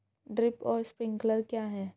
Drip और sprinkler क्या हैं?